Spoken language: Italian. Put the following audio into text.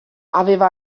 aveva